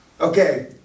Okay